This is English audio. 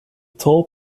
toll